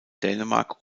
dänemark